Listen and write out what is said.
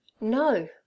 No